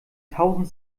tausend